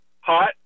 Hot